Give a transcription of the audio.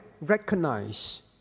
Recognize